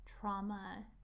trauma